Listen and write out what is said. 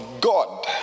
God